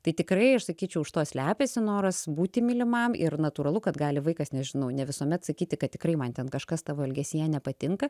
tai tikrai aš sakyčiau už to slepiasi noras būti mylimam ir natūralu kad gali vaikas nežinau ne visuomet sakyti kad tikrai man ten kažkas tavo elgesyje nepatinka